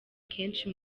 kenshi